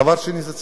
דבר שני זה ציונות.